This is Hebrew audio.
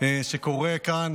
שקורא כאן,